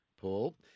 Paul